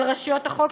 על רשויות החוק,